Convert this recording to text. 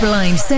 Blind